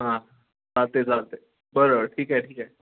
हां चालत आहे चालत आहे बरं ठीक आहे ठीक आहे